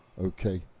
okay